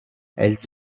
elles